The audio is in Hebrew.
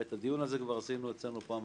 את הדיון הזה כבר קיימנו אצלנו פעם,